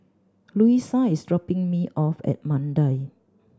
Louisa is dropping me off at Mandai